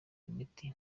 imiti